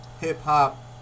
hip-hop